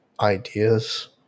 ideas